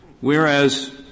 Whereas